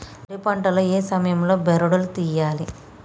వరి పంట లో ఏ సమయం లో బెరడు లు తియ్యాలి?